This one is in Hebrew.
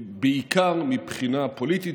בעיקר מבחינה פוליטית,